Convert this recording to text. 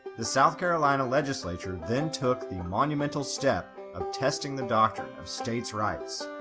the south carolina legislature then took the monumental step of testing the doctrine of states' rights!